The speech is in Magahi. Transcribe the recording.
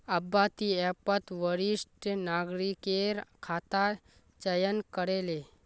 अब्बा ती ऐपत वरिष्ठ नागरिकेर खाता चयन करे ले